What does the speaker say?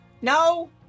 no